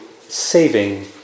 saving